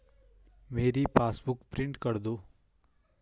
मेरी passbook print कर दो